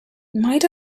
might